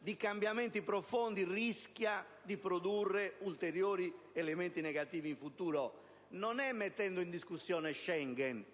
di cambiamenti profondi, si rischia di produrre ulteriori elementi negativi in futuro. Non è mettendo in discussione gli accordi di Schengen,